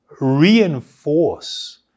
reinforce